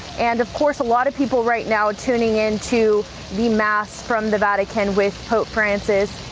and of course a lot of people right now tuning into the mass from the vatican with pope francis.